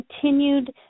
continued